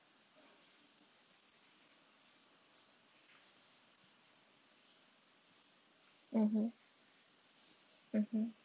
mmhmm mmhmm